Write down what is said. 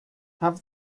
have